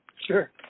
Sure